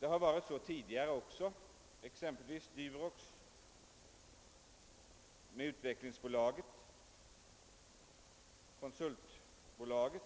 Det har varit så tidigare också, exempelvis med Durox, Utvecklingsbolaget och Konsultbolaget,